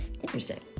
Interesting